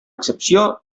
excepció